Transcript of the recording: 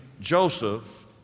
joseph